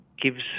gives